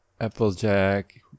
Applejack